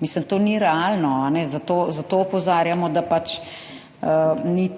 meseca. To ni realno, zato opozarjamo, da pač ni